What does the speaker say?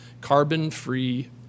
carbon-free